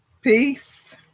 peace